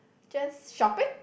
just shopping